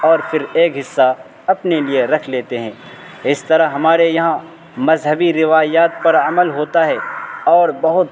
اور پھر ایک حصہ اپنے لیے رکھ لیتے ہیں اس طرح ہمارے یہاں مذہبی روایات پر عمل ہوتا ہے اور بہت